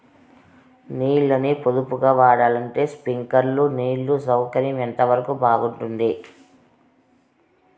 నీళ్ళ ని పొదుపుగా వాడాలంటే స్ప్రింక్లర్లు నీళ్లు సౌకర్యం ఎంతవరకు బాగుంటుంది?